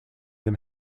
them